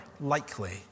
likely